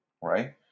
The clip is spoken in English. right